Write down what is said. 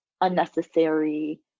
unnecessary